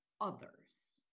others